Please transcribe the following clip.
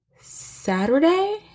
Saturday